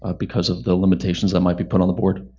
ah because of the limitations that might be put on the board?